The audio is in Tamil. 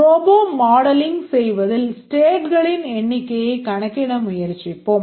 Robot modelling செய்வதில் stateகளின் எண்ணிக்கையை கணக்கிட முயற்சிப்போம்